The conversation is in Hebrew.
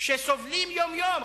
שסובלים יום-יום.